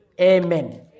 Amen